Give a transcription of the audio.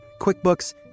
QuickBooks